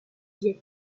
viêt